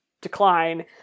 decline